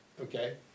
okay